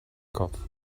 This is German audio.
kopf